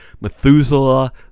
Methuselah